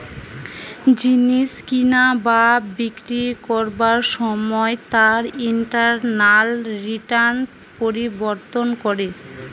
জিনিস কিনা বা বিক্রি করবার সময় তার ইন্টারনাল রিটার্ন পরিবর্তন করে